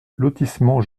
lotissement